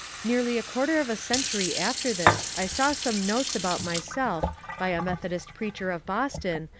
nearly a quarter of a century after this i saw some notes about myself by a methodist preacher of boston,